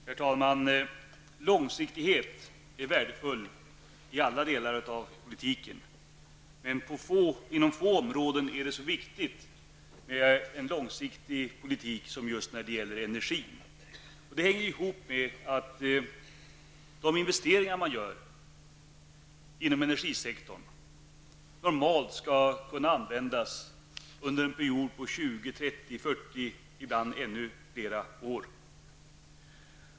Herr talman! Långsiktighet är värdefullt inom alla delar av politiken. Men inom få områden är det så viktigt med en långsiktig politik som just när det gäller energin. Det hänger ihop med att de investeringar som görs inom energisektorn normalt sett skall kunna användas under en period på 20, 30, 40 och ibland ännu fler år.